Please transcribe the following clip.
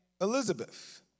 Elizabeth